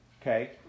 Okay